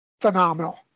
phenomenal